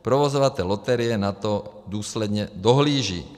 Provozovatel loterie na to důsledně dohlíží.